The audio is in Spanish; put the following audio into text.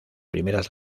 primeras